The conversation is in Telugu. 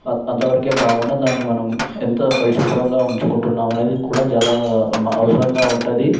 అంతవరకే కాకుండా దాన్ని మనం దానిని మనం ఎంత పరిశుభ్రంగా ఉంచుకుంటున్నాము అనేది కూడా చాలా అవసరంగా ఉంటుంది